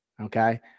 Okay